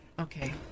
okay